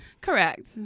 Correct